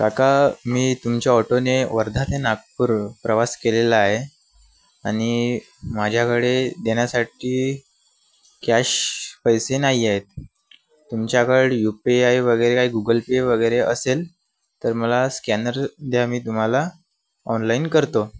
काका मी तुमच्या ऑटोने वर्धा ते नागपूर प्रवास केलेला आहे आणि माझ्याकडे देण्यासाठी कॅश पैसे नाही आहेत तुमच्याकडं यू पी आय वगैरे काय गुगल पे वगैरे असेल तर मला स्कॅनर द्या मी तुम्हाला ऑनलाईन करतो